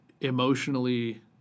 emotionally